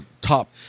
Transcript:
top